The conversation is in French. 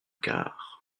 gares